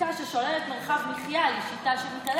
שיטה ששוללת מרחב מחיה היא שיטה שמתעללת.